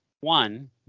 one